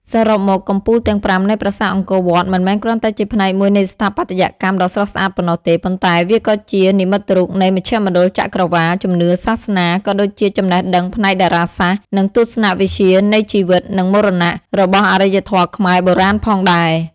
សរុបមក កំពូលទាំងប្រាំនៃប្រាសាទអង្គរវត្ត មិនមែនគ្រាន់តែជាផ្នែកមួយនៃស្ថាបត្យកម្មដ៏ស្រស់ស្អាតប៉ុណ្ណោះទេ ប៉ុន្តែវាក៏ជា និមិត្តរូបនៃមជ្ឈមណ្ឌលចក្រវាឡ ជំនឿសាសនា ក៏ដូចជាចំណេះដឹងផ្នែកតារាសាស្ត្រ និងទស្សនវិជ្ជានៃជីវិត និងមរណៈ របស់អរិយធម៌ខ្មែរបុរាណផងដែរ។